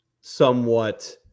somewhat